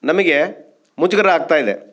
ನಮಗೆ ಮುಜುಗರ ಆಗ್ತಾ ಇದೆ